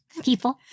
People